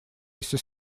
если